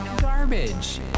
Garbage